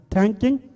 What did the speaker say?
Thanking